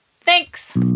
Thanks